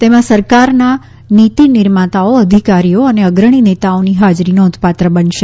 તેમાં સરકારના નીતિ નિર્માતાઓ અધિકારીઓ અને અગ્રણી નેતાઓની હાજરી નોધપાત્ર બનશે